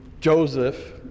Joseph